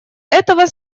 этого